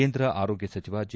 ಕೇಂದ್ರ ಆರೋಗ್ಯ ಸಚಿವ ಜೆ